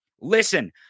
Listen